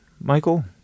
Michael